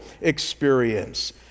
experience